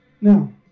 Now